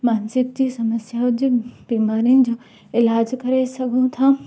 मानसिक जी समस्याउनि जी बीमारियुनि जो इलाजु करे सघूं था